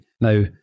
Now